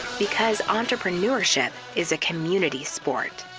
because entrepreneurship is a community sport.